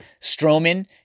Strowman